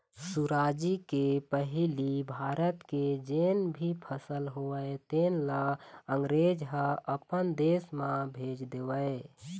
सुराजी के पहिली भारत के जेन भी फसल होवय तेन ल अंगरेज ह अपन देश म भेज देवय